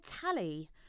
tally